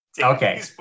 okay